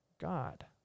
God